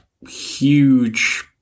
huge